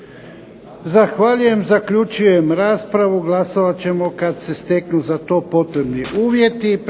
Zahvaljujem. Zaključujem raspravu. Glasovat ćemo kad se steknu za to potrebni uvjeti.